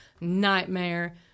Nightmare